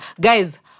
Guys